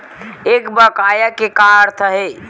एक बकाया के का अर्थ हे?